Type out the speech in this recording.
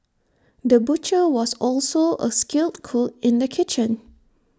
the butcher was also A skilled cook in the kitchen